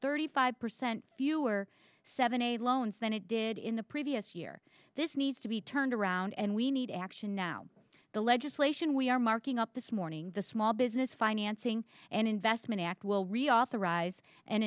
thirty five percent fewer seventy loans than it did in the previous year this needs to be turned around and we need action now the legislation we are marking up this morning the small business financing and investment act will reauthorize and